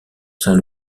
saint